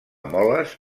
moles